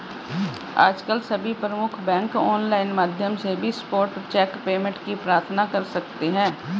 आजकल सभी प्रमुख बैंक ऑनलाइन माध्यम से भी स्पॉट चेक पेमेंट की प्रार्थना कर सकते है